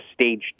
stage